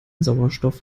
sauerstoff